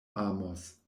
amos